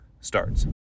starts